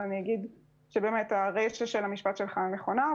אבל אני אומר שבאמת הרישא של המשפט שלך נכונה.